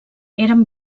eren